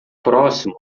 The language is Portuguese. próximo